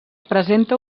presenta